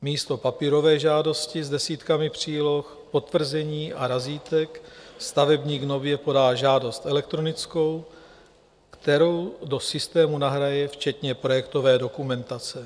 Místo papírové žádosti s desítkami příloh, potvrzení a razítek stavebník nově podá žádost elektronickou, kterou do systému nahraje včetně projektové dokumentace.